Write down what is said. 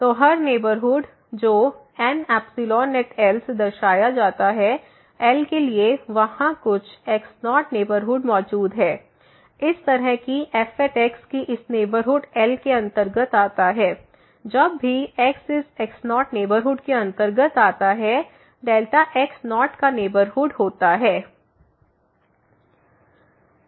तो हर नेबरहुड जो N से दर्शाया जाता है L के लिए वहाँ कुछ x0 नेबरहुड मौजूद है इस तरह कि f की इस नेबरहुड L के अंतर्गत आता है जब भी x इस x0 नेबरहुड के अंतर्गत आता है x0 का नेबरहुड होता है